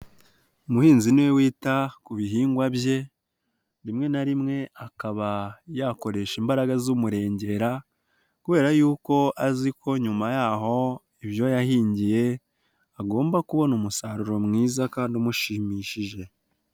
Umuhinzi niwe wita ku bihingwa bye rimwe na rimwe akaba yakoresha imbaraga z'umurengera kubera yuko azi ko nyuma yaho ibyo yahingiye, agomba kubona umusaruro mwiza kandi umushimishije.